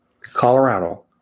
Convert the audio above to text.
Colorado